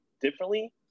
differently